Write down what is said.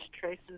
traces